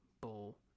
Bull